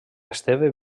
esteve